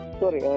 sorry